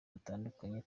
batandukanye